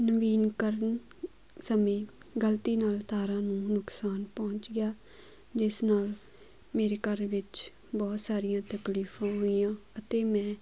ਨਵੀਨੀਕਰਨ ਸਮੇਂ ਗਲਤੀ ਨਾਲ ਤਾਰਾਂ ਨੂੰ ਨੁਕਸਾਨ ਪਹੁੰਚ ਗਿਆ ਜਿਸ ਨਾਲ ਮੇਰੇ ਘਰ ਵਿੱਚ ਬਹੁਤ ਸਾਰੀਆਂ ਤਕਲੀਫ ਹੋਈਆਂ ਅਤੇ ਮੈਂ